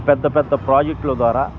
పెద్ద పెద్ద ప్రాజెక్టుల ద్వారా